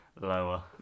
lower